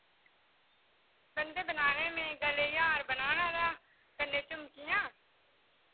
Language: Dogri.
बंधे बनोआने में गले गी हार बनोआना हा कन्नै झुमकियां